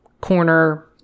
corner